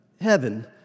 heaven